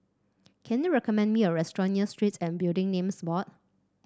can you recommend me a restaurant near Street and Building Names Board